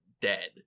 dead